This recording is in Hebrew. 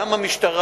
גם המשטרה,